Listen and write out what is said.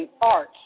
arts